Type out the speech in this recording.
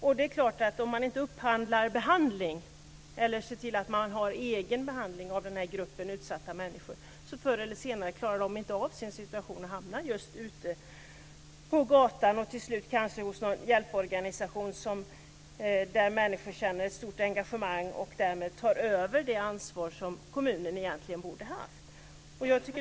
Om kommunen inte upphandlar behandling eller ser till att den har egen behandling av gruppen utsatta människor klarar de förr eller senare inte av sin situation och hamnar ute på gatan. De kanske till slut hamnar hos någon hjälporganisation där människor känner stort engagemang och därmed tar över det ansvar som kommunen egentligen borde ha haft.